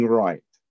right